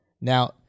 Now